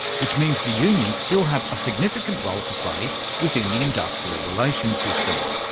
which means the unions still have a significant role to play within the industrial relations system.